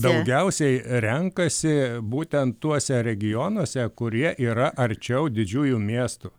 daugiausiai renkasi būtent tuose regionuose kurie yra arčiau didžiųjų miestų